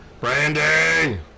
Brandy